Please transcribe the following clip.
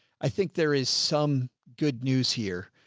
i think there is some good news here,